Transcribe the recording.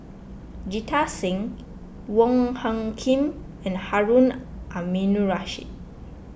Jita Singh Wong Hung Khim and Harun Aminurrashid